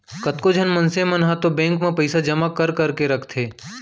कतको झन मनसे मन ह तो बेंक म पइसा जमा कर करके रखथे